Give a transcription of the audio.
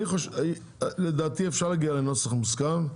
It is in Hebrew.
אני מציע, לדעתי, אפשר להגיע לנוסח מוסכם.